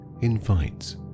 invites